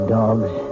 dogs